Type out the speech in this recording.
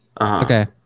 okay